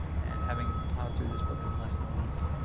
and having plowed through this book in less than a week,